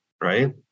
right